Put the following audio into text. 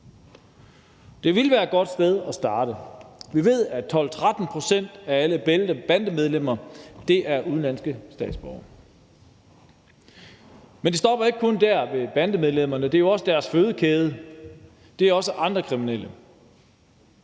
Det ville være et godt sted at starte. Vi ved, at 12-13 pct. af alle bandemedlemmer er udenlandske statsborgere. Men det stopper ikke kun ved bandemedlemmerne, for det handler også om deres fødekæde; det handler også om andre kriminelle.